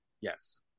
Yes